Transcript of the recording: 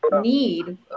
need